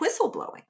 Whistleblowing